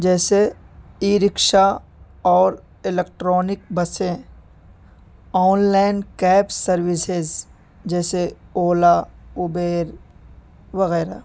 جیسے e rickshaw اور electronic بسیں آنلائن کیب سروسیز جیسے اولا اوبیر وغیرہ